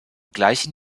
gleichen